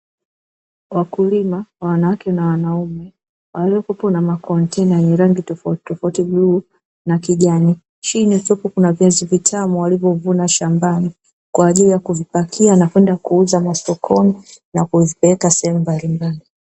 Wakulima wanawake na wanaume waliokutwa na makontena ya yenye rangi tofauti bluu na kijani chini tupu kuna viazi vitamu walivyovuna shambani kwaajili ya kuvipakia na kuvipeleka katika masoko balimbali.